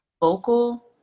vocal